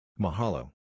Mahalo